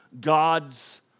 God's